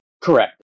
Correct